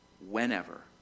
whenever